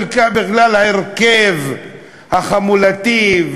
בגלל ההרכב החמולתי,